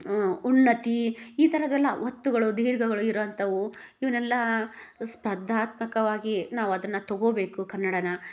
ಉನ್ನತಿ ಈ ಥರದ್ದೆಲ್ಲ ಒತ್ತುಗಳು ಧೀರ್ಘಗಳು ಇರೊಂತವು ಇವನ್ನೆಲ್ಲ ಸ್ಪರ್ಧಾತ್ಮಕವಾಗಿ ನಾವು ಅದನ್ನ ತೊಗೋಬೇಕು ಕನ್ನಡನ